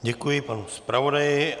Děkuji panu zpravodaji.